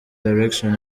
direction